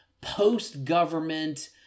post-government